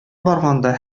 барганда